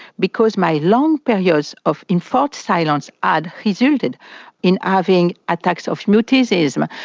because my long periods of enforced silence ah had resulted in having attacks of mutism.